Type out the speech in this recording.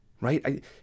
right